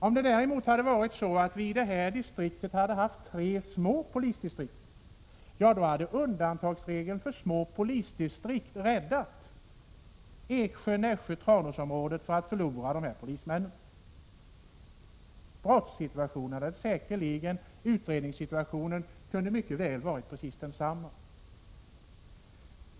Om det däremot i detta distrikt hade funnits tre små polisdistrikt hade undantagsregeln för små polisdistrikt räddat Eksjö-, Nässjöoch Tranåsområdet från att förlora dessa polismän. Utredningssituationen kunde ha varit precis densamma.